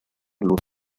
luz